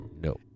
No